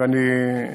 ואני,